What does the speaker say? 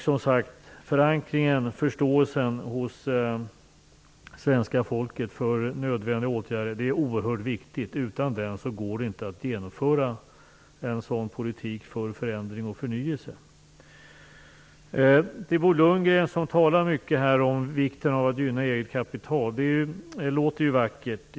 Som sagt: Förankringen i och förståelsen hos svenska folket för nödvändiga åtgärder är något oerhört viktigt. Utan den går det inte att genomföra en sådan här politik för förändring och förnyelse. Till Bo Lundgren, som här talar mycket om vikten av att gynna eget kapital, vill jag säga att det ju låter vackert.